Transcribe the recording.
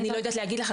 אני לא יודעת להגיד לך.